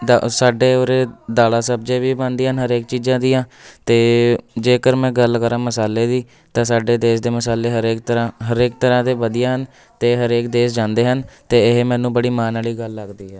ਦਾ ਸਾਡੇ ਉਰੇ ਦਾਲਾ ਸਬਜ਼ੀਆਂ ਵੀ ਬਣਦੀਆਂ ਹਨ ਹਰੇਕ ਚੀਜ਼ਾਂ ਦੀਆਂ ਅਤੇ ਜੇਕਰ ਮੈਂ ਗੱਲ ਕਰਾਂ ਮਸਾਲੇ ਦੀ ਤਾਂ ਸਾਡੇ ਦੇਸ਼ ਦੇ ਮਸਾਲੇ ਹਰੇਕ ਤਰ੍ਹਾਂ ਹਰੇਕ ਤਰ੍ਹਾਂ ਦੇ ਵਧੀਆ ਹਨ ਅਤੇ ਹਰੇਕ ਦੇਸ਼ ਜਾਂਦੇ ਹਨ ਅਤੇ ਇਹ ਮੈਨੂੰ ਬੜੀ ਮਾਣ ਵਾਲੀ ਗੱਲ ਲੱਗਦੀ ਹੈ